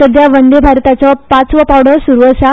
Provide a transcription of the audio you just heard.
सध्या वंदे भारताचो पांचवो पांवडो सुरू आसा